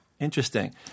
Interesting